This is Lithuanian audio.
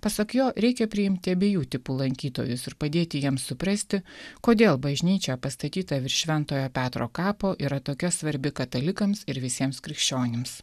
pasak jo reikia priimti abiejų tipų lankytojus ir padėti jiems suprasti kodėl bažnyčia pastatyta virš šventojo petro kapo yra tokia svarbi katalikams ir visiems krikščionims